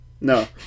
No